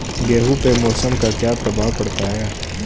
गेहूँ पे मौसम का क्या प्रभाव पड़ता है?